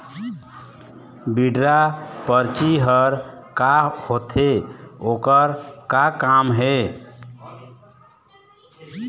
Withdraw परची हर का होते, ओकर का काम हे?